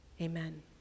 amen